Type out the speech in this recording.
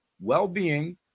well-being